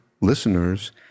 listeners